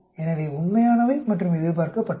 எனவே உண்மையானவை மற்றும் எதிர்பார்க்கப்பட்டவை